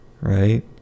right